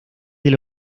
del